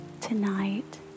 Tonight